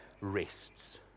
rests